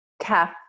calf